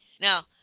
Now